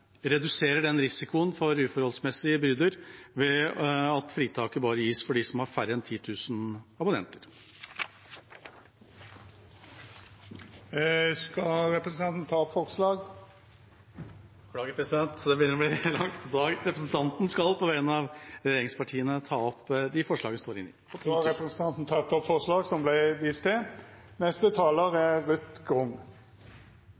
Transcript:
reduserer risikoen for uforholdsmessige byrder ved at fritaket gis for bare dem som har færre enn 10 000 abonnenter. Skal representanten ta opp forslag? Beklager, president, det begynner å bli langt på dag. Representanten skal ta opp det forslaget vi står inne i. Da har representanten Ketil Kjenseth teke opp det forslaget han refererte til.